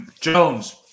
Jones